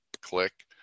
click